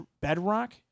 bedrock